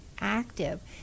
active